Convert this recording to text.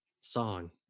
song